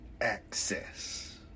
access